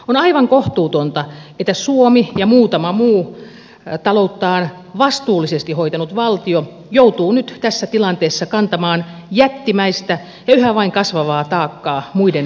on aivan kohtuutonta että suomi ja muutama muu talouttaan vastuullisesti hoitanut valtio joutuu nyt tässä tilanteessa kantamaan jättimäistä ja yhä vain kasvavaa taakkaa muiden veloista